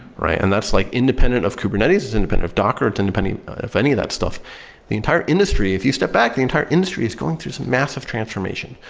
right? and that's like independent of kubernetes, is independent of docker, it's independent of any of that stuff the entire industry, if you step back, the entire industry is going through some massive transformation,